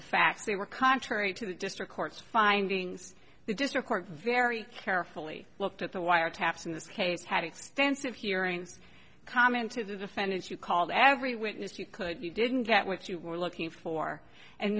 the facts they were contrary to the district court's findings the district court very carefully looked at the wiretaps in this case had extensive hearings comment to the defendant you called every witness you could you didn't get what you were looking for and